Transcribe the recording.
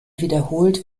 wiederholt